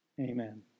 Amen